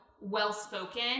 well-spoken